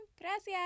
Gracias